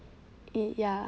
eh ya